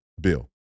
bill